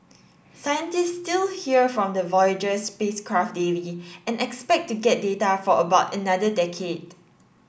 scientists still hear from the Voyager spacecraft daily and expect to get data for about another decade